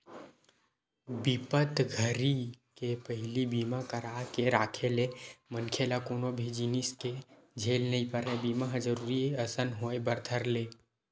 बिपत घरी के पहिली बीमा करा के राखे ले मनखे ल कोनो भी जिनिस के झेल नइ परय बीमा ह जरुरी असन होय बर धर ले